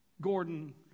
Gordon